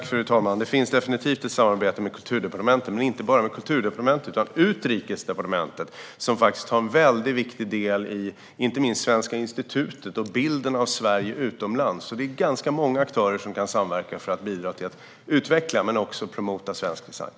Fru talman! Det finns definitivt ett samarbete med Kulturdepartementet men även med Utrikesdepartementet, som faktiskt har en väldigt viktig del i inte minst Svenska institutet och bilden av Sverige utomlands. Det är ganska många aktörer som kan samverka för att bidra till att utveckla och promota svensk design.